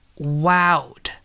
wowed